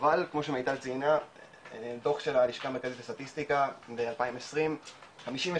אבל כמו שמיטל ציינה הדוח של המרכזית לסטטיסטיקה מ- 2020 52,000